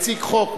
מציג חוק.